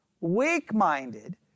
weak-minded